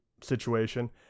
situation